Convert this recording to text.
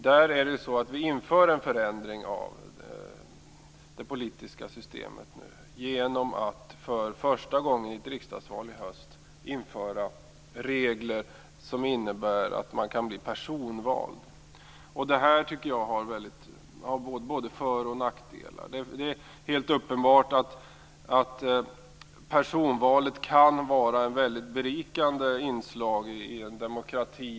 Där är det så att vi nu genomför en förändring av det politiska systemet genom att i höst för första gången i ett riksdagsval införa regler som innebär att man kan bli personvald. Det här har, tycker jag, både för och nackdelar. Det är helt uppenbart att personvalet kan vara ett väldigt berikande inslag i en demokrati.